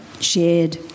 shared